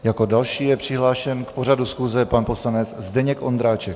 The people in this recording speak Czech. Jako další je přihlášen k pořadu schůze pan poslanec Zdeněk Ondráček.